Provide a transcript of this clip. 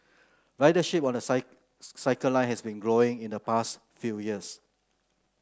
ridership on the Circle Line has been growing in the past few years